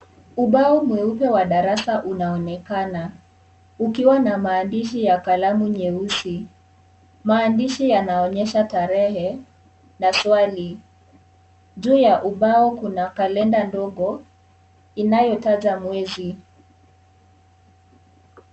Ubao mweupe wa darasa unaonekana ukiwa na maandishi ya kalamu nyeusi, maandiahi yanaonyesha tarehe na swali, juu ya ubao kuna kalenda ndogo inayotaja mwezi.